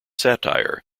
satire